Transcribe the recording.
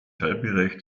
teilbereich